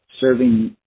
serving